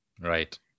Right